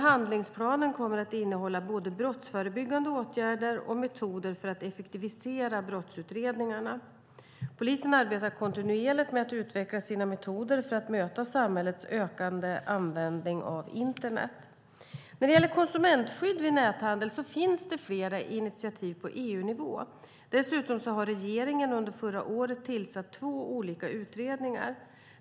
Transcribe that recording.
Handlingsplanen kommer att innehålla både brottsförebyggande åtgärder och metoder för att effektivisera brottsutredningarna. Polisen arbetar kontinuerligt med att utveckla sina metoder för att möta samhällets ökande användning av internet. När det gäller konsumentskydd vid näthandel finns det flera initiativ på EU-nivå. Dessutom har regeringen under förra året tillsatt två olika utredningar.